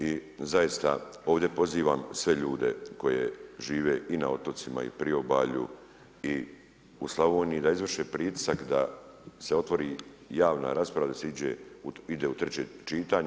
I zaista ovdje pozivam sve ljude koji žive i na otocima i na priobalju i u Slavoniji da izvrše pritisak da se otvori javna rasprava da se ide u treće čitanje.